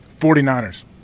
49ers